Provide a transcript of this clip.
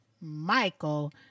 Michael